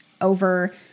over